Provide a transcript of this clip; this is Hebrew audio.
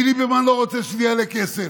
כי ליברמן לא רוצה שזה יעלה כסף.